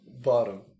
bottom